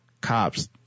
cops